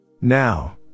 Now